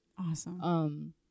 Awesome